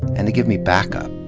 and to give me backup,